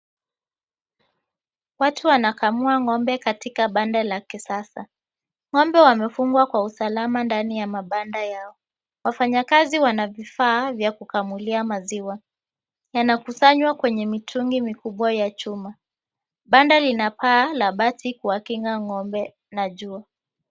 Watu wanakamua ng'ombe katika banda la kisasa. Ng'ombe wamefungwa kwa usalama ndani ya mabanda yao. Wafanyakazi wana vifaa vya kukamulia maziwa, yanakusanywa kwenye mitungi mikubwa ya chuma. Banda lina paa la bati kuwakinga ng'ombe na jua